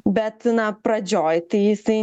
bet na pradžioj tai jisai